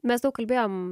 mes daug kalbėjom